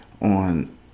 on